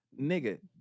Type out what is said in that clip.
Nigga